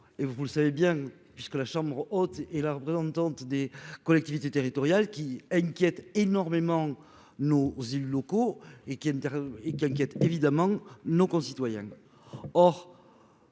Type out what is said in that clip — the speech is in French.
et vous le savez bien puisque la chambre haute et la représentante des collectivités territoriales qui inquiète énormément nos élus locaux et qui intéresse et qui inquiète évidemment nos concitoyens.